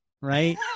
right